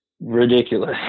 ridiculous